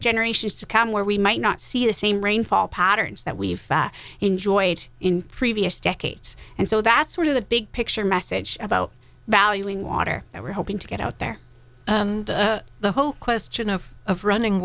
generations to come where we might not see the same rainfall patterns that we've enjoyed in previous decades and so that's sort of the big picture message about valuing water that we're hoping to get out there the whole question of of running